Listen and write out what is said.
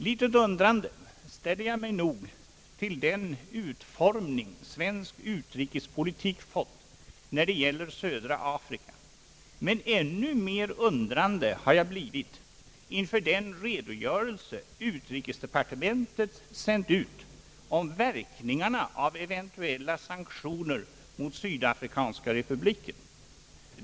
Litet undrande ställer jag mig nog till den utformning svensk utrikespolitik fått när det gäller södra Afrika, men ännu mer undrande har jag blivit inför den redogörelse utrikesdepartementet sänt ut om verkningarna av eventuella sanktioner mot Sydafrikanska republiken.